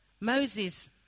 Moses